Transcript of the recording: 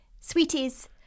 Sweeties